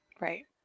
Right